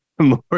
more